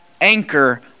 anchor